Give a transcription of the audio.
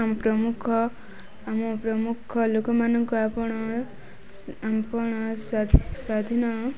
ଆମ ପ୍ରମୁଖ ଆମ ପ୍ରମୁଖ ଲୋକମାନଙ୍କୁ ଆପଣ ଆପଣ ସ୍ଵାଧୀନ